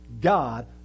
God